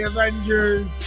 Avengers